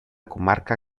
comarca